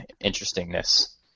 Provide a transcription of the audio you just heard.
interestingness